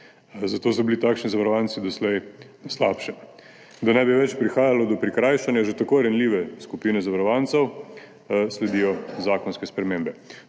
zato so bili takšni zavarovanci doslej na slabšem. Da ne bi več prihajalo do prikrajšanja že tako ranljive skupine zavarovancev, sledijo zakonske spremembe.